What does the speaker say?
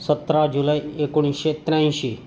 सतरा जुलै एकोणीसशे त्र्याऐंशी